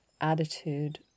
attitude